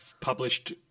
published